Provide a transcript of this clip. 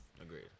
Agreed